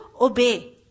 obey